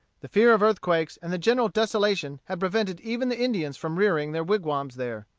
the fear of earthquakes and the general desolation had prevented even the indians from rearing their wigwams there.